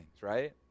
right